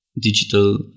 digital